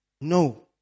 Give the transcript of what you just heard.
No